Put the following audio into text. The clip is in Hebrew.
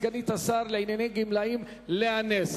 סגנית השר לענייני גמלאים לאה נס.